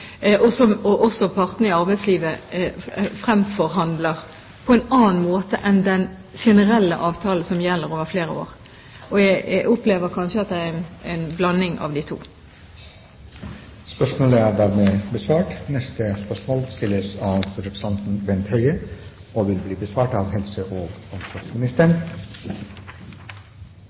og Arbeidsdepartementet, og som også partene i arbeidslivet fremforhandler på en annen måte enn den generelle avtalen, som gjelder over flere år. Jeg opplever kanskje at det er en blanding av de